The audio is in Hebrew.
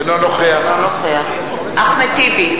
אינו נוכח אחמד טיבי,